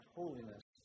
holiness